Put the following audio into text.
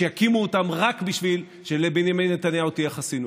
שיקימו אותם רק בשביל שלבנימין נתניהו תהיה חסינות.